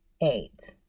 eight